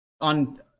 On